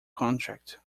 contract